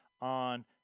on